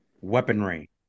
Weaponry